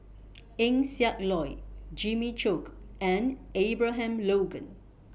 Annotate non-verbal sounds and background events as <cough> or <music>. <noise> Eng Siak Loy Jimmy Chok and Abraham Logan